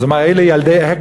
אז הוא אמר: אלה ילדי האקני,